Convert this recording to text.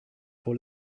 wohl